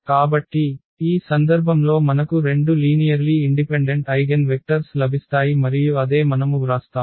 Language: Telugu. కాబట్టి ఈ సందర్భంలో మనకు రెండు లీనియర్లీ ఇండిపెండెంట్ ఐగెన్వెక్టర్స్ లభిస్తాయి మరియు అదే మనము వ్రాస్తాము